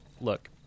look